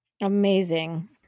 Amazing